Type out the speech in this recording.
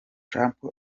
trump